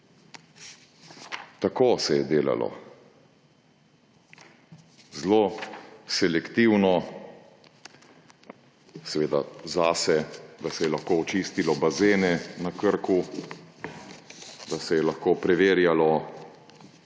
Tako se je delalo, zelo selektivno, seveda zase, da se je lahko očistilo bazene na Krku, da se je lahko preverjalo,